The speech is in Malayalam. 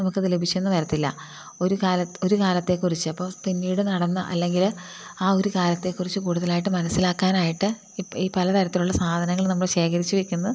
നമുക്ക് അത് ലഈഭിച്ചെന്ന് വരത്തില്ല ഒരു കാലത്തെ കുറിച്ചു അപ്പോൾ പിന്നീട് നടന്ന അല്ലെങ്കിൽ അ ഒരു കാര്യത്തെ കുറിച്ചു കൂടുതലായിട്ട് മനസ്സിലാക്കാനായിട്ട് ഈ പലതരത്തിലുള്ള സാധനങ്ങൾ ശേഖരിച്ചു വയ്ക്കുന്നു